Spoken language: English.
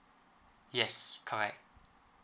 yes correct